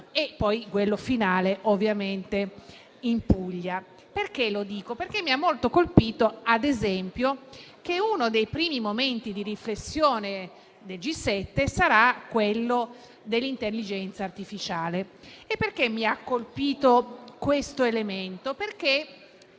e poi in quello finale, ovviamente, in Puglia. Lo dico perché mi ha molto colpito, ad esempio, che uno dei primi momenti di riflessione del G7 sarà sull'intelligenza artificiale. Mi ha colpita questo elemento perché